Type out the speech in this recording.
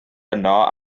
yno